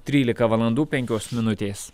trylika valandų penkios minutės